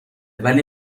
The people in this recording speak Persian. ولی